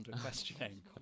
questioning